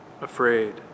afraid